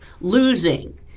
losing